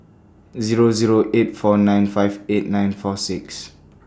Zero Zero eight four nine five eight nine four six